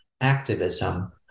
activism